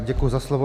Děkuji za slovo.